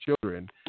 children